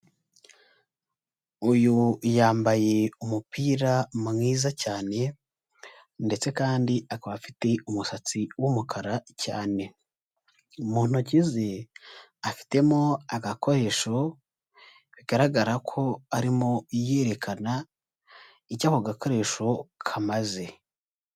Uyu yambaye umupira mwiza cyane ndetse kandi akaba afite umusatsi w'umukara cyane, mu ntoki ze afitemo agakoresho bigaragara ko arimo yerekana icyo ako gakoresho kamaze.